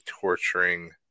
torturing